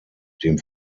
dem